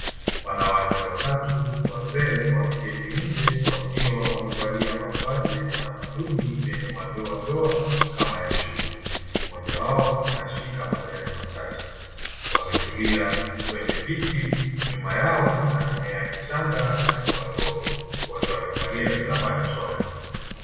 Wanawake watatu wazee wameketi nje wakiwa wamevalia mavazi ya kitamaduni yenye madoa ndoa kama ya chui. Mmoja wao anashika majani machache, wametulia kwenye viti. Nyuma yao kuna mimea ya michanga na nyumba ndogo. Wote wamevalia vitambaa kichwani.